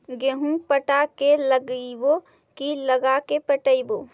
गेहूं पटा के लगइबै की लगा के पटइबै?